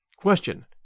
Question